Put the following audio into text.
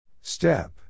Step